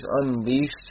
unleashed